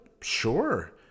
Sure